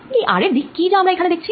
এই r এর দিক কি যা আমরা এখানে দেখছি